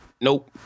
Nope